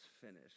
finished